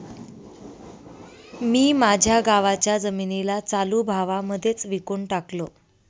मी माझ्या गावाच्या जमिनीला चालू भावा मध्येच विकून टाकलं